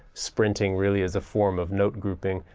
sprinting really is a form of note grouping,